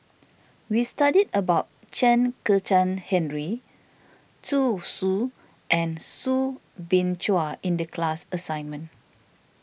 we studied about Chen Kezhan Henri Zhu Xu and Soo Bin Chua in the class assignment